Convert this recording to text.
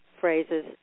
phrases